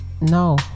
no